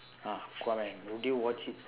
ah aquaman> would you watch it